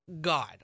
God